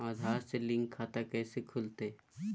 आधार से लिंक खाता कैसे खुलते?